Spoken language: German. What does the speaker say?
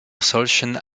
solchen